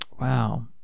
wow